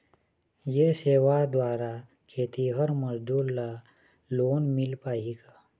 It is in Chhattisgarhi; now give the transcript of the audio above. ये सेवा द्वारा खेतीहर मजदूर ला लोन मिल पाही का?